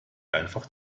einfach